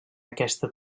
aquesta